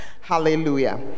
Hallelujah